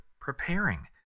preparing